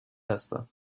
هستم